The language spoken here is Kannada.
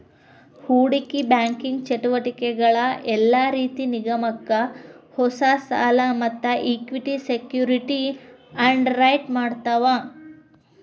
ಹೂಡಿಕಿ ಬ್ಯಾಂಕಿಂಗ್ ಚಟುವಟಿಕಿಗಳ ಯೆಲ್ಲಾ ರೇತಿ ನಿಗಮಕ್ಕ ಹೊಸಾ ಸಾಲಾ ಮತ್ತ ಇಕ್ವಿಟಿ ಸೆಕ್ಯುರಿಟಿ ಅಂಡರ್ರೈಟ್ ಮಾಡ್ತಾವ